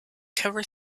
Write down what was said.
cover